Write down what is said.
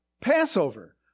Passover